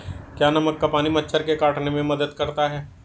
क्या नमक का पानी मच्छर के काटने में मदद करता है?